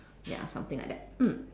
ya something like that mm